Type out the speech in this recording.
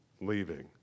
leaving